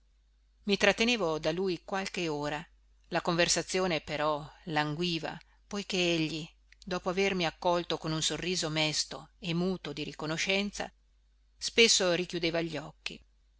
i trattenevo da lui qualche ora la conversazione però languiva poiché egli dopo avermi accolto con un sorriso mesto e muto di riconoscenza spesso richiudeva gli occhi